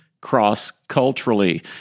cross-culturally